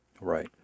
Right